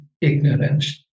ignorance